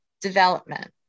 development